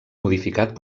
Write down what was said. modificat